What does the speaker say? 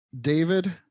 David